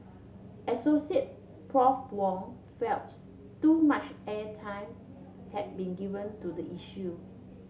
Associate Prof Wong felt too much airtime had been given to the issue